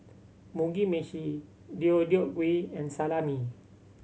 Mugi Meshi Deodeok Gui and Salami